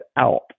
out